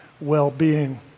well-being